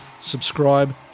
subscribe